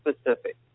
specific